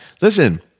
listen